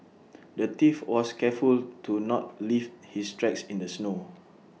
the thief was careful to not leave his tracks in the snow